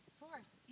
source